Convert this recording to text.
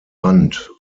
band